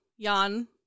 Jan